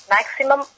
Maximum